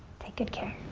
take good care.